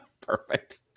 Perfect